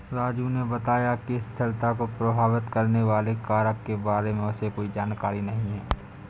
राजू ने बताया कि स्थिरता को प्रभावित करने वाले कारक के बारे में उसे कोई जानकारी नहीं है